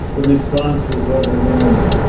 the response was overwhelming.